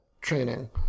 training